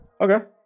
Okay